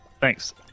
thanks